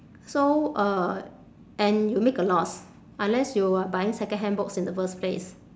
so uh and you make a loss unless you are buying secondhand books in the first place